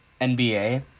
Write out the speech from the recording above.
NBA